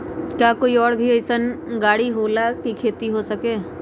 का कोई और भी अइसन और गाड़ी होला जे से खेती हो सके?